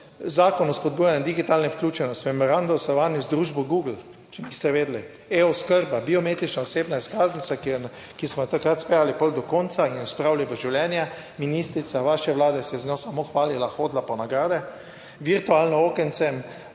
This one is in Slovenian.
Zakon o spodbujanju digitalne vključenosti v memorandum v sodelovanju z družbo Google. Če niste vedeli, e-oskrba, biometrična osebna izkaznica, ki smo jo takrat speljali potem do konca in jo spravili v življenje. Ministrica vaše vlade se je z njo samo hvalila, hodila po nagrade. Virtualno okence